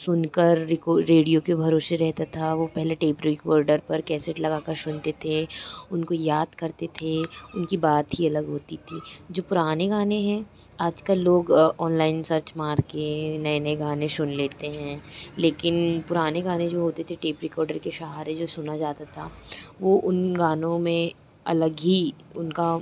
सुनकर रिको रेडियो के भरोसा रहता था वे पहले टेप रिकॉर्डर पर कैसेट लगाकर सुनते थे उनको याद करते थे उनकी बात ही अलग होती थी जो पुराने गाने हैं आज कल लोग ऑनलाइन सर्च मार कर नए नए गाने सुन लेते हैं लेकिन पुराने गाने जो होते थे टेप रिकॉर्डर के सहारे जो सुना जाता था वे उन गानों में अलग ही उनका